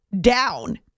down